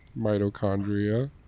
mitochondria